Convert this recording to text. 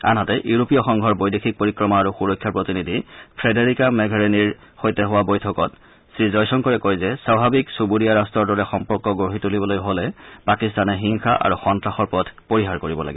আনহাতে ইউৰোপীয় সংঘৰ বৈদেশিক পৰিক্ৰমা আৰু সুৰক্ষা প্ৰতিনিধি ফেডেৰিকা মোঘেৰিণিৰ সৈতে হোৱা বৈঠকত শ্ৰীজয়শংকৰে কয় যে স্বাভাৱিক চুবুৰীয়া ৰট্টৰ দৰে সম্পৰ্ক গঢ়ি তুলিবলৈ হলে পাকিস্তানে হিংসা আৰু সন্ত্ৰাসৰ পথ পৰিহাৰ কৰিব লাগিব